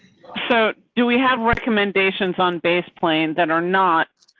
so do we have recommendations on base planes that are not.